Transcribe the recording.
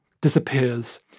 disappears